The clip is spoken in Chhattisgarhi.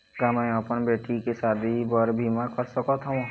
का मैं अपन बेटी के शादी बर बीमा कर सकत हव?